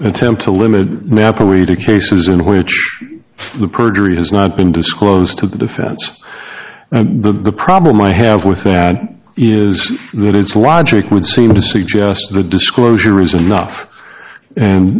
attempt to limit map or way to cases in which the perjury has not been disclosed to the defense but the problem i have with that is that it's a logic would seem to suggest the disclosure is enough and